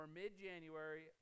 mid-January